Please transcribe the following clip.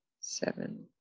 seven